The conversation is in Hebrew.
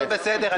הכול בסדר.